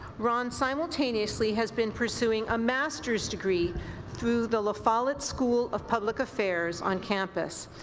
ron simultaneously has been pursuing a master's degree through the lafollette school of public affairs on campus.